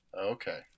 Okay